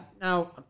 Now